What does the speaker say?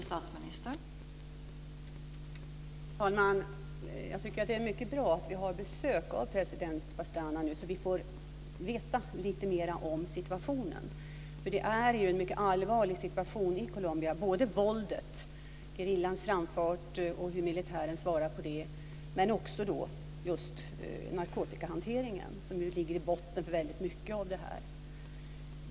Fru talman! Jag tycker att det är mycket bra att vi har besök av president Pastrana nu, så att vi får veta lite mera om situationen. Det är ju en mycket allvarlig situation i Colombia, både med våldet, gerillans framfart och hur militären svarar på det, och med narkotikahanteringen, som ju ligger i botten för väldigt mycket av det här.